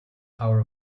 power